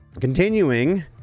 continuing